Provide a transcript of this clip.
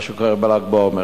מה שקורה בל"ג בעומר.